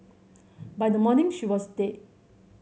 by the morning she was dead